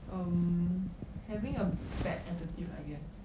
um having a bad attitude I guess